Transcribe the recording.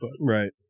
Right